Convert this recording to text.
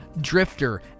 Drifter